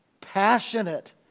passionate